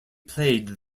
played